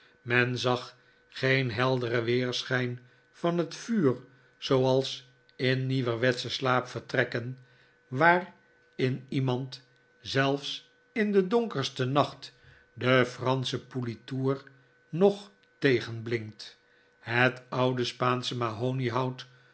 men zag geen helderen weerschijn van het vuur zooals in nieuwerwetsche slaapvertrekken waarin iemand zelfs in den donkersten nacht de fransche politoer nog tegenblinkt het oude spaansche mahoniehout